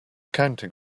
counting